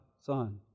Son